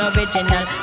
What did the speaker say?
Original